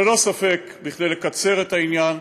ללא ספק, כדי לקצר את העניין,